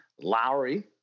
Lowry